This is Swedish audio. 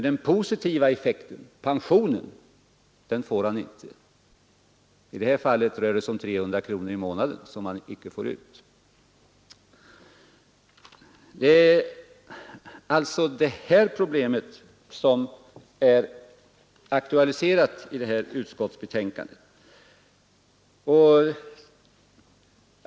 Men den positiva effekten — pensionen — får han inte. I detta fall rör det sig om 300 kronor i månaden som han icke får ut. Det är alltså detta problem som har behandlats i det här betänkandet.